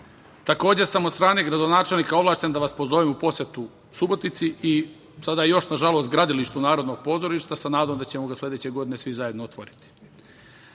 sam od strane gradonačelnika ovlašćen da vas pozovem u posetu Subotici i sada još, nažalost, gradilištu Narodnog pozorišta, sa nadom da ćemo ga sledeće godine svi zajedno otvoriti.